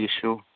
issue